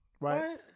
right